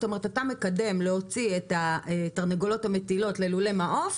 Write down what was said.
אתה מקדם להוציא את התרנגולות המטילות ללולי מעוף